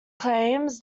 claims